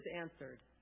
answered